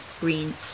green